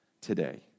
today